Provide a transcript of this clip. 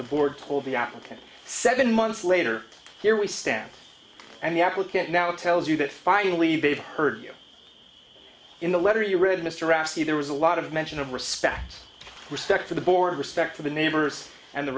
applicant seven months later here we stand and the applicant now tells you that finally they've heard you in the letter you read mr astley there was a lot of mention of respect respect for the board respect to the neighbors and the